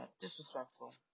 Disrespectful